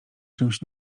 czymś